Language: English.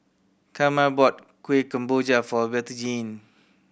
Carma bought Kueh Kemboja for Bettyjane